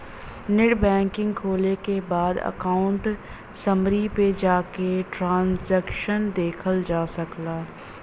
net banking खोले के बाद अकाउंट समरी पे जाके ट्रांसैक्शन देखल जा सकला